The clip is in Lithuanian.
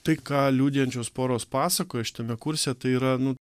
tai ką liudijančios poros pasakoja šitame kurse tai yra nu